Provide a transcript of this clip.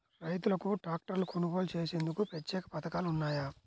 రైతులకు ట్రాక్టర్లు కొనుగోలు చేసేందుకు ప్రత్యేక పథకాలు ఉన్నాయా?